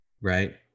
right